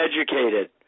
educated